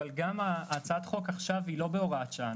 אבל גם הצעת החוק עכשיו היא לא בהוראת שעה.